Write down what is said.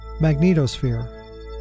magnetosphere